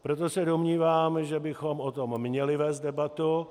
Proto se domnívám, že bychom o tom měli vést debatu.